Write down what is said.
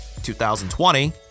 2020